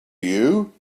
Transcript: you